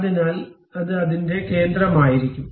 അതിനാൽ അത് അതിന്റെ കേന്ദ്രമായിരിക്കും